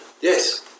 yes